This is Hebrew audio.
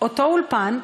אותו אולפן,